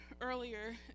earlier